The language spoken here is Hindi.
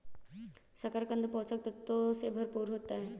शकरकन्द पोषक तत्वों से भरपूर होता है